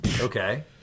Okay